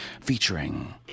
featuring